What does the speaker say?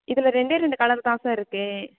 இதில் ரெண்டே ரெண்டு கலர் தான் சார் இருக்கு